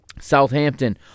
Southampton